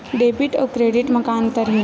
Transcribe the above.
Debit अउ credit म का अंतर हे?